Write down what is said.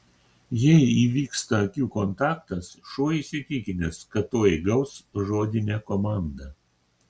jei įvyksta akių kontaktas šuo įsitikinęs kad tuoj gaus žodinę komandą